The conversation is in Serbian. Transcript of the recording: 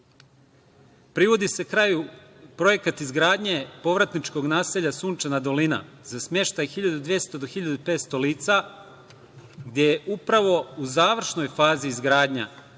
se kraju projekat izgradnje povratničkog naselja "Sunčana dolina" za smeštaj od 1.200 do 1.500 lica, gde je upravo u završnoj fazi izgradnja